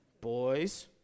Boys